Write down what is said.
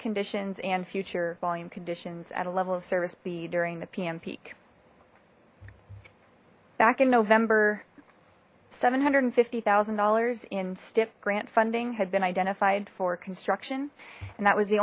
conditions and future volume conditions at a level of service b during the p m peak back in november seven hundred and fifty thousand dollars in stip grant funding had been identified for construction and that was the